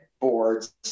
boards